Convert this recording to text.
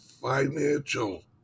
financial